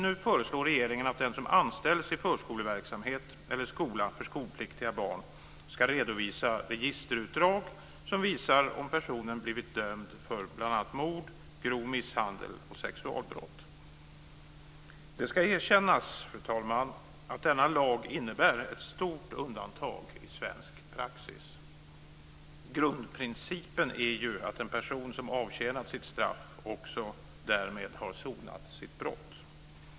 Nu föreslår regeringen att den som anställs i förskoleverksamhet eller skola för skolpliktiga barn ska redovisa registerutdrag som visar om personen blivit dömd för bl.a. mord, grov misshandel eller sexualbrott. Det ska erkännas, fru talman, att denna lag innebär ett stort undantag i svensk praxis. Grundprincipen är ju att en person som avtjänat sitt straff därmed också har sonat sitt brott.